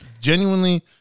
genuinely